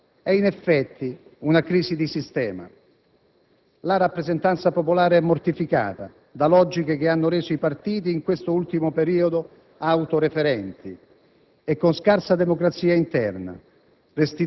La crisi dell'attuale sistema bipolare è, in effetti, una crisi di sistema. La rappresentanza popolare è mortificata da logiche che hanno reso i partiti, nell'ultimo periodo, autoreferenti